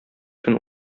көн